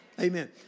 Amen